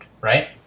right